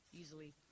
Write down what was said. easily